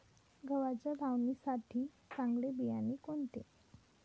गव्हाच्या लावणीसाठी चांगले बियाणे कोणते?